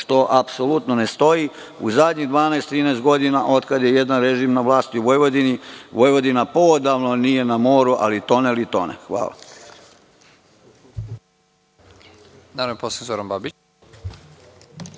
što apsolutno ne stoji. U poslednjih 12-13 godina, od kada je jedan režim na vlasti u Vojvodini, Vojvodina poodavno nije na moru ali tone li tone. Hvala.